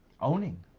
owning